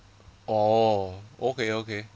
oh okay okay